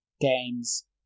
games